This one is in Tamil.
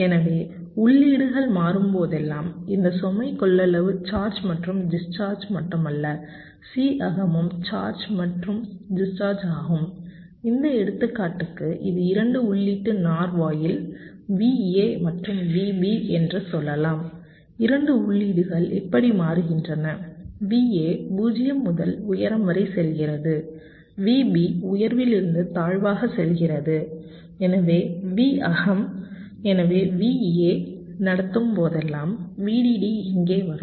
எனவே உள்ளீடுகள் மாறும்போதெல்லாம் இந்த சுமை கொள்ளளவு சார்ஜ் மற்றும் டிஸ்சார்ஜ் மட்டுமல்ல C அகமும் சார்ஜ் மற்றும் டிஸ்சார்ஜ் ஆகும் இந்த எடுத்துக்காட்டுக்கு இது 2 உள்ளீட்டு NOR வாயில் VA மற்றும் VB என்று சொல்லலாம் 2 உள்ளீடுகள் இப்படி மாறுகின்றன VA 0 முதல் உயரம் வரை செல்கிறது VB உயர்விலிருந்து தாழ்வாக செல்கிறது எனவே V அகம் எனவே VA நடத்தும் போதெல்லாம் VDD இங்கே வரும்